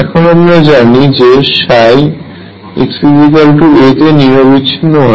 এখন আমি জানি যে xa তে নিরবিচ্ছিন্ন হয়